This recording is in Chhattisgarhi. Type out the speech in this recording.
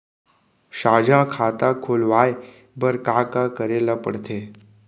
साझा खाता खोलवाये बर का का करे ल पढ़थे?